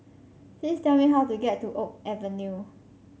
please tell me how to get to Oak Avenue